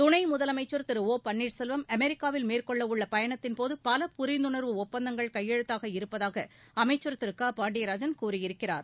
துணை முதலமைச்சர் திரு ஓ பன்ளீர் செல்வம் அமெரிக்காவில் மேற்கொள்ள உள்ள பயணத்தின் போது பல புரிந்துணர்வு ஒப்பந்தங்கள் கையெழுத்தாக இருப்பதாக அமைச்சர் திரு க பாண்டியராஜன் கூறியிருக்கிறார்